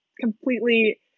completely